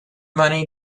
money